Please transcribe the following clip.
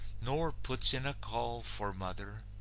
nor puts in a call for mother?